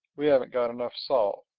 we haven't got enough salt.